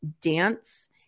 dance